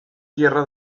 tierra